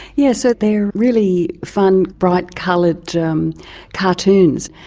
yes, so they are really fun, bright-coloured yeah um cartoons.